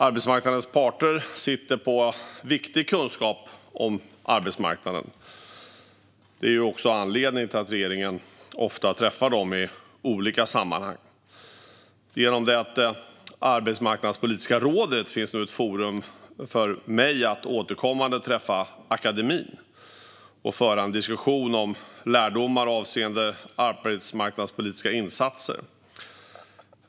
Arbetsmarknadens parter sitter på viktig kunskap om arbetsmarknaden. Det är också anledningen till att regeringen ofta träffar dem i olika sammanhang. Genom det arbetsmarknadspolitiska rådet finns nu ett forum för mig att återkommande träffa akademin och föra en diskussion om lärdomar avseende arbetsmarknadspolitiska insatser.